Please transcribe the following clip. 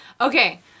Okay